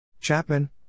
Chapman